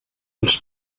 als